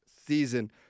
season